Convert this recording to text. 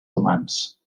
humans